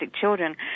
children